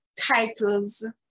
titles